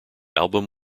album